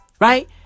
Right